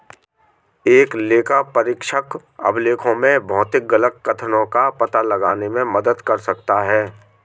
एक लेखापरीक्षक अभिलेखों में भौतिक गलत कथनों का पता लगाने में मदद कर सकता है